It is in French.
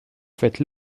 faites